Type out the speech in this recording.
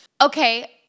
Okay